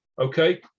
okay